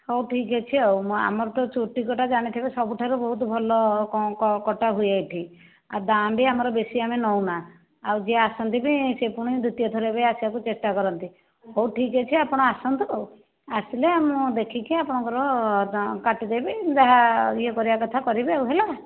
ହେଉ ଠିକ ଅଛି ଆଉ ଆମର ତ ଚୁଟି କଟା ଜାଣିଥିବେ ସବୁଠାରୁ ବହୁତ ଭଲ କଟା ହୁଏ ଏଠି ଆଉ ଦାମ ବି ଆମର ବେଶି ଆମେ ନେଉନା ଆଉ ଯିଏ ଆସନ୍ତି ବି ସେ ପୁଣି ଦ୍ୱିତୀୟ ଥର ଆସିବାକୁ ଚେଷ୍ଟା କରନ୍ତି ହେଉ ଠିକ ଅଛି ଆପଣ ଆସନ୍ତୁ ଆସିଲେ ମୁଁ ଦେଖିକି ଆପଣଙ୍କର ୟେ କାଟିଦେବି ଯାହା ୟେ କରିବା କଥା କରିବି ଆଉ ହେଲା